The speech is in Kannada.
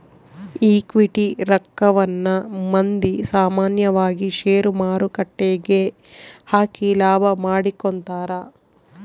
ಈಕ್ವಿಟಿ ರಕ್ಕವನ್ನ ಮಂದಿ ಸಾಮಾನ್ಯವಾಗಿ ಷೇರುಮಾರುಕಟ್ಟೆಗ ಹಾಕಿ ಲಾಭ ಮಾಡಿಕೊಂತರ